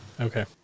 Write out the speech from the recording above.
Okay